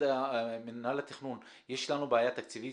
מנהל התכנון, יש לנו בעיה תקציבית?